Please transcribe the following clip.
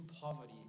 poverty